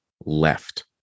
left